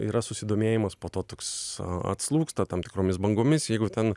yra susidomėjimas po to toks atslūgsta tam tikromis bangomis jeigu ten